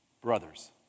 Brothers